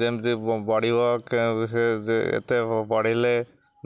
ଯେମିତି ବଢ଼ିବ ଏତେ ବଢ଼ିଲେ